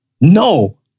No